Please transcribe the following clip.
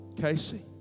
Casey